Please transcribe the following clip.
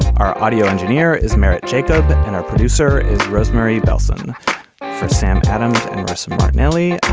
our audio engineer is merrett jacob and our producer is rosemary bellson for sam adams. sam martinelli,